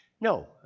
No